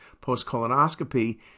post-colonoscopy